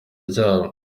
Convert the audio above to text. ryabo